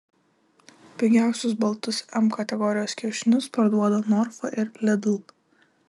pigiausius baltus m kategorijos kiaušinius parduoda norfa ir lidl